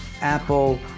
Apple